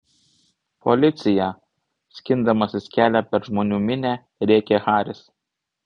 policija skindamasis kelią per žmonių minią rėkė haris